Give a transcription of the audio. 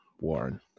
Warren